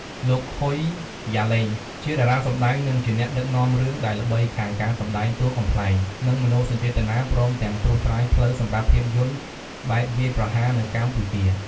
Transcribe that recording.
លោក ហុយ យ៉ាឡេងជាតារាសម្តែង និងជាអ្នកដឹកនាំរឿង ដែលល្បីខាងការសម្ដែងតួកំប្លែង និងមនោសញ្ចេតនា ព្រមទាំងត្រួសត្រាយផ្លូវសម្រាប់ភាពយន្តបែបវាយប្រហារ នៅកម្ពុជា។